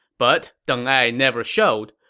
but deng ai never showed.